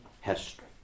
history